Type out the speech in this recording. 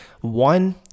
one